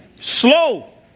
Slow